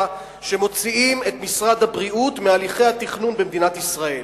שמוציאים את משרד הבריאות מהליכי התכנון במדינת ישראל.